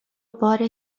بار